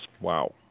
wow